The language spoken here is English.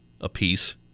apiece